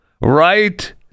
right